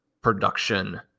production